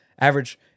average